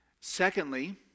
Secondly